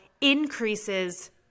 increases